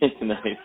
Nice